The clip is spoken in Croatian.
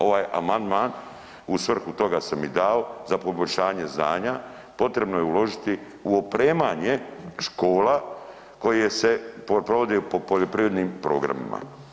Ovaj amandman u svrhu toga sam i dao za poboljšanje znanja, potrebno je uložiti u opremanje škola koje se provode po poljoprivrednim programima.